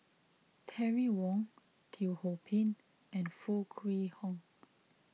Terry Wong Teo Ho Pin and Foo Kwee Horng